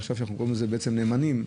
עכשיו קוראים לזה נאמנים,